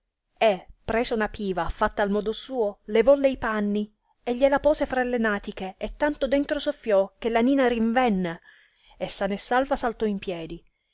e presa una piva fatta al modo suo levolle i panni e gliela pose fra le natiche e tanto dentro soffiò che la nina rinvenne e sana e salva saltò in piedi